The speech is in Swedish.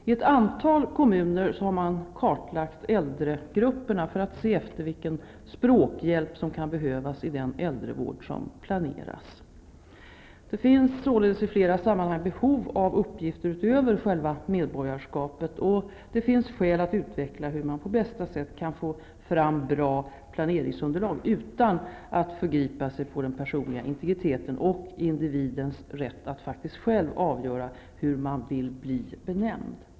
I ett antal kommuner har man kartlagt äldregrupperna för att se efter vilken språkhjälp som kan behövas i den äldrevård som planeras. Det finns således i flera sammanhang behov av uppgifter utöver själva medborgarskapet och det finns skäl att utveckla hur man på bästa sätt kan få fram bra planeringsunderlag, utan att förgripa sig på den personliga integriteten och individens rätt att faktiskt själv avgöra hur man vill bli benämnd.